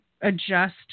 adjust